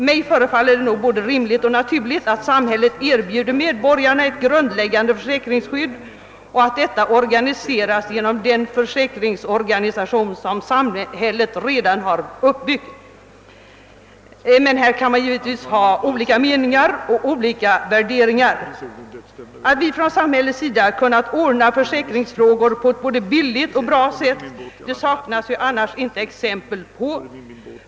Mig förefaller det nog både rimligt och naturligt att samhället erbjuder medborgarna ett grundläggande försäkringsskydd och att detta organiseras genom den försäkringsorganisation som samhället redan har uppbyggd. Här kan man givetvis ha olika meningar och olika värderingar. Att vi från samhällets sida kunnat ordna försäkringsfrågor på ett både billigt och bra sätt, saknas annars inte exempel på.